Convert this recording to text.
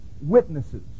witnesses